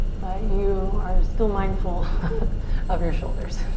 but you are still mindful of your shoulders.